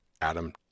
Adam